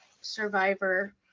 survivor